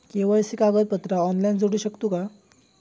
KYC कागदपत्रा online जोडू शकतू का?